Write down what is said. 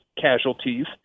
casualties